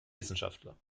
wissenschaftler